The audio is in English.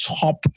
top